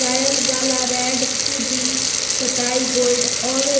royal gala, red Fuji, सताई gold आरो